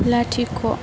लाथिख'